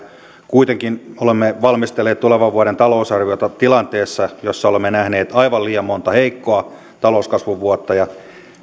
kuitenkin olemme valmistelleet tulevan vuoden talousarviota tilanteessa jossa olemme nähneet aivan liian monta heikon talouskasvun vuotta ja jossa